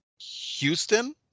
houston